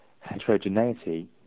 heterogeneity